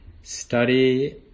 study